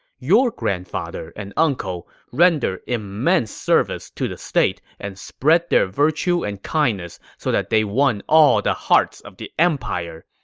your grandfather and uncle rendered immense service to the state and spread their virtue and kindness so that they won all the hearts of the empire.